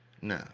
No